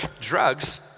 drugs